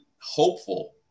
hopeful